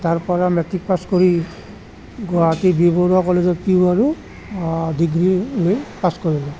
তাৰ পৰা মেট্ৰিক পাছ কৰি গুৱাহাটী বি বৰুৱা কলেজত পি ইউ আৰু ডিগ্ৰী লৈ পাছ কৰিলোঁ